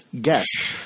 guest